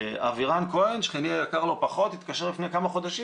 אבירם כהן שכני היקר לא פחות התקשר לפני כמה חודשים,